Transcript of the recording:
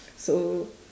so